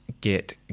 get